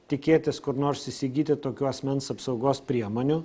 tikėtis kur nors įsigyti tokių asmens apsaugos priemonių